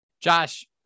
Josh